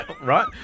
Right